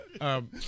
Um-